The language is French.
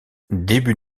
début